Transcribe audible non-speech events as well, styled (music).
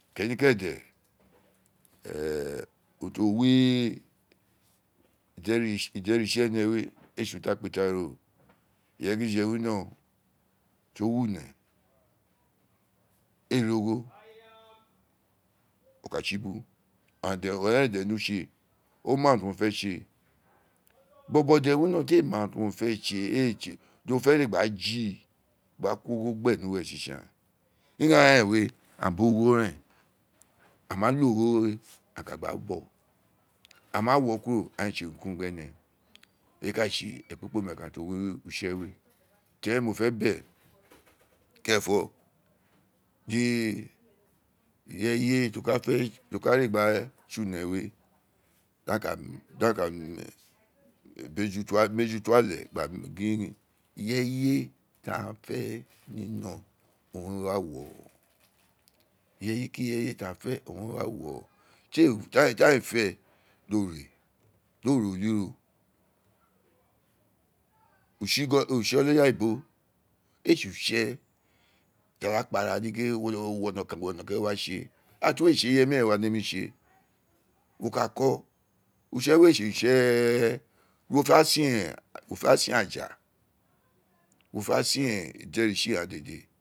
Keni ke de (hesitation) urun ti o wi uderi utse ene we ee tsi urun ti a kpa ita ro ireye gi dije wino̦ (hesitation) ti o wo une ee ri o̦gho̦ o ka tsi bu aghaan de ne utse o ma urun ti o fe tse bo̦bo̦ de wino̦ de ti ee ma urun ti o fe tse o fe re gbaa jii gba ko ogho gbe nu we tsi tsan (hesitation) ira ren we aghaan bi o̦gho̦ we reen a ma lo o̦gho̦ we a ka gba wo a ma wo kuro aghaan ee tse urun kurun ju were eyi ka tsi ekpikpome we nekan tio wi ubo utse we to ri eren mo fe be keren fo gin ireye ti o ka fe ti o ka re gba tse une we (hesitation) di a ka ma une beju to ale gba ma gin eye taghan fe ni no̦ o wun wa wo̦ (hesitation) ireye ki ireye ti a ma fe o wun re wa wo̦ ti aa ee fe do re uli ra utse olaja oyibo ee tsi utse ti a wa kpa ara ni gingin uwo no̦ kai uwo no̦ kan owun te wa tse ira ti uwo we tsu ireye omiren ee ne mi tse wo ka ko̦ utse we ee tsi utse re di wo fe sin aja wo fe sin ee uderi tsi ghaan dede.